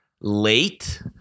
late